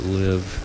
live